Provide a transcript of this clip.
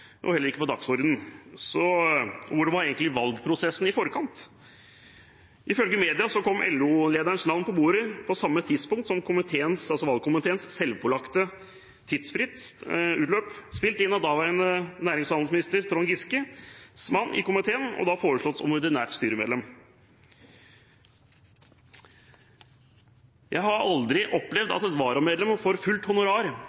og det sto heller ikke på dagsordenen. Og hvordan var egentlig valgprosessen i forkant? Ifølge media kom LO-lederens navn på bordet på samme tidspunkt som valgkomiteens selvpålagte tidsfrist utløp – spilt inn av daværende nærings- og handelsminister Trond Giskes mann i komiteen og da foreslått som ordinært styremedlem. «Jeg har aldri opplevd at et varamedlem får fullt honorar,»